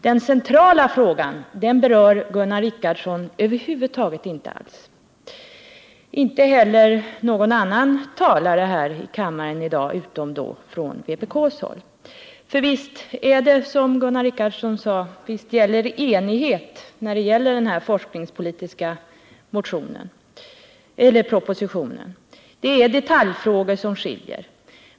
Den centrala frågan berör Gunnar Richardson över huvud taget inte alls, och det gör inte heller någon annan talare här i kammaren i dag — utom från vpk. Visst gäller det enighet mellan de fyra övriga partierna, som Gunnar Richardson sade, i fråga om den här forskningspolitiska propositionen. Det är detaljfrågor som skiljer.